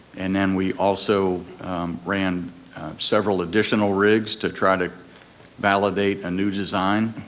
and then we also ran several additional rigs to try to validate a new design.